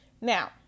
Now